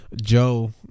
Joe